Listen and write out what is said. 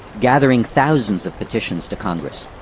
gathering thousands of petitions to congress.